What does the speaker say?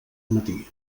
matí